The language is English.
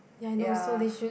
ya